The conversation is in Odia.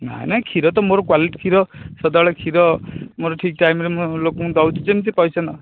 ନାଇଁ ନାଇଁ କ୍ଷୀର ତ ମୋର ତ କ୍ୱାଲିଟି କ୍ଷୀର ସଦାବେଳେ କ୍ଷୀର ମୋର ଠିକ୍ ଟାଇମ୍ରେ ମୁଁ ଲୋକଙ୍କୁ ଦେଉଛି ଯେମିତି ପଇସା ନ